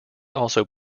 also